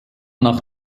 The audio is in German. nach